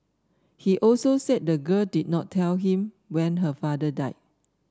he also said the girl did not tell him when her father died